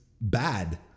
bad